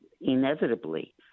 inevitably